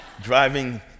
driving